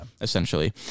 essentially